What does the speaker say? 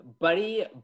Buddy